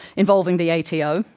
involving the ato,